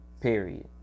Period